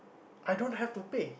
I don't have to pay